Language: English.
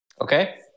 Okay